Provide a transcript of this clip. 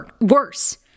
worse